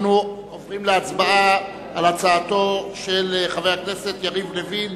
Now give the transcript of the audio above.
אנחנו עוברים להצבעה על הצעתו של חבר הכנסת יריב לוין,